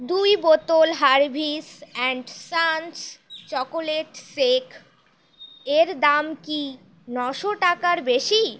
দুই বোতল Harvis and Sons chocolate shake এর দাম কি নশো টাকার বেশি